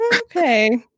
Okay